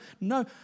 no